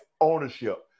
ownership